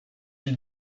ils